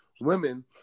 women